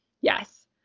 Yes